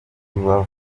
rubavu